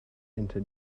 into